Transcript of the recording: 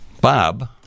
Bob